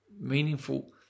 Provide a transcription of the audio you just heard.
meaningful